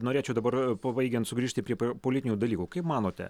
norėčiau dabar pabaigiant sugrįžti prie politinių dalykų kaip manote